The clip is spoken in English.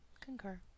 Concur